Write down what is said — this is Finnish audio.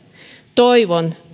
toivon